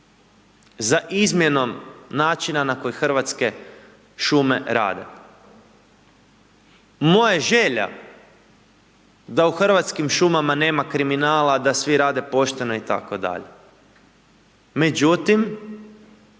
za izmjenom načina na koji Hrvatske šume rade. Moja je želja da u Hrvatskim šumama nema kriminala, da svi rade pošteno itd., međutim